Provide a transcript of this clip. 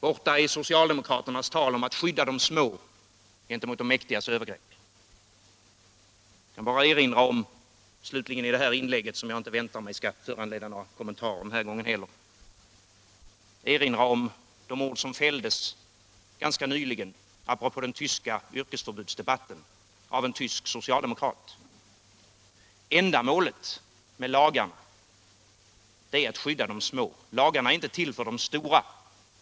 Borta är socialdemokraternas tal om att skydda de små gentemot de mäktigas övergrepp. Jag vill bara slutligen i det här inlägget, som jag inte väntar mig skall föranleda några kommentarer den här gången heller, erinra om några ord som fälldes ganska nyligen av en tysk socialdemokrat apropå den tyska yrkesförbudsdebatten: Ändamålet med lagar är att skydda de små. Lagarna är inte till för de stora.